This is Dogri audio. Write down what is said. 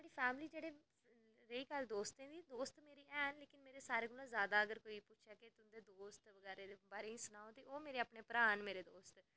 एह् फैमिली ते रेही गल्ल दोस्तें दी ते दोस्त मेरे हैन लेकिन मेरे सारें कोला जादा कोई पुच्छे कि तुंदे कोई दोस्त बगैरा सनाओ ते ओह् मेरे भ्राऽ न मेरे दोस्त